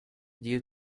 due